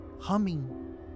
humming